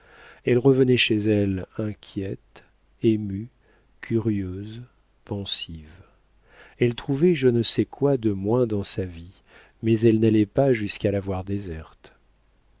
elle revenait chez elle inquiète émue curieuse pensive elle trouvait je ne sais quoi de moins dans sa vie mais elle n'allait pas jusqu'à la voir déserte